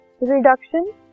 reduction